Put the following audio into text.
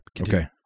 okay